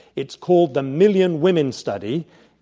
it's called the million women study.